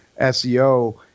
SEO